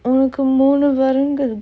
ஒனக்கு மூணு வரங்கள்:onakku moonu varangal